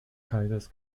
kaisers